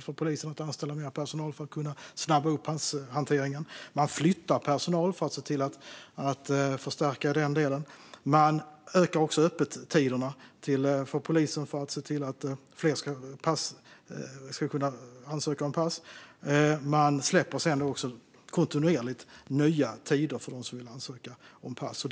för polisen att anställa mer personal för att kunna snabba upp passhanteringen - flytta personal för att förstärka i den delen, öka öppettiderna hos polisen för att fler ska kunna ansöka om pass och kontinuerligt släppa nya tider för dem som vill ansöka om pass.